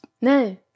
No